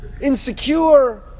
insecure